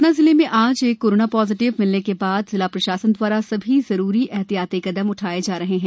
सतना जिले में आज एक कोरोना पॉजिटिव मरीज मिलने के बाद जिला प्रशासन द्वारा सभी जरूरी एहतियाती कदम उठाए जा रहे हैं